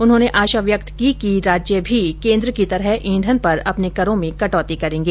उन्होंने आशा व्यक्त की कि राज्य भी केंद्र की तरह ईंधन पर अपने करों में कटौती करेंगे